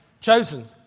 chosen